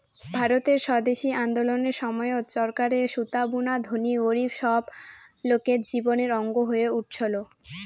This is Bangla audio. ভারতের স্বদেশি আন্দোলনের সময়ত চরকারে সুতা বুনা ধনী গরীব সব লোকের জীবনের অঙ্গ হয়ে উঠছল